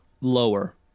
Lower